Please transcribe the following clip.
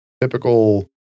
typical